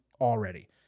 already